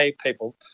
people